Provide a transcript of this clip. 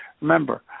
Remember